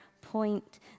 point